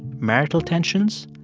marital tensions,